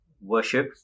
worship